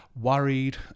worried